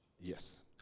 Yes